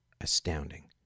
astounding